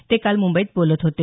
ते काल मुंबईत बोलत होते